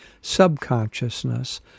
subconsciousness